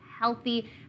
healthy